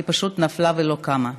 היא פשוט נפלה ולא קמה.